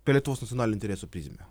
per lietuvos nacionalinio intereso prizmę